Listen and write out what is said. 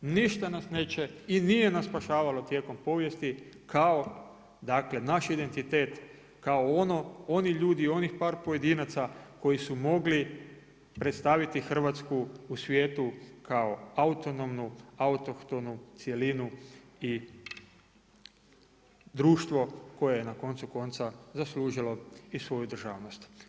Ništa nas neće i nije nas spašavalo tijekom povijesti kao dakle naš identitet kao ono, oni ljudi, onih par pojedinaca koji su mogli predstaviti Hrvatsku u svijetu kao autonomnu, autohtonu cjelinu i društvo koje je na koncu konca zaslužilo i svoju državnost.